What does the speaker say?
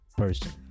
Person